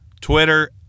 Twitter